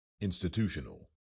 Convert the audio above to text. Institutional